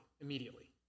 immediately